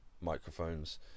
microphones